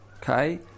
okay